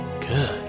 Good